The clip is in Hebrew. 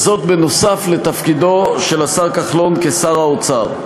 וזאת כנוסף לתפקידו של השר כחלון כשר האוצר,